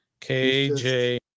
KJ